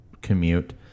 commute